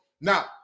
Now